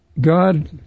God